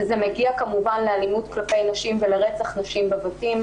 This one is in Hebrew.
וזה מגיע כמובן לאלימות ורצח כלפי נשים בבית.